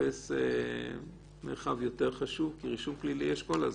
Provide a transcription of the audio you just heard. תופס מרחב יותר חשוב כי רישום פלילי יש כל הזמן.